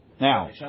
Now